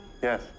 Yes